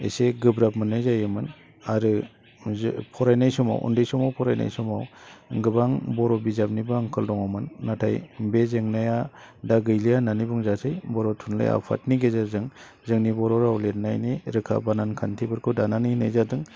एसे गोब्राब मोन्नाय जायोमोन आरो जे फरायनाय समाव उन्दै समाव फरायनाय समाव गोबां बर' बिजाबनिबो आंखाल दङमोन नाथाय बे जेंनाया दा गैलिया होन्नानै बुंजासै बर' थुनलाइ आफादनि गेजेरजों जोंनि बर' राव लिरनायनि रोखा बानान खान्थिफोरखौ दानानै होनाय जादों